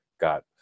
got